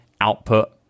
output